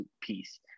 piece